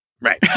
Right